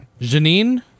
Janine